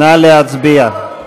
נא להצביע.